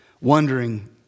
wondering